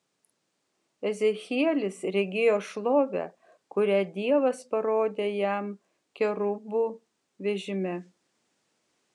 ezechielis regėjo šlovę kurią dievas parodė jam kerubų vežime